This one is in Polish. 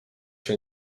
się